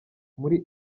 muri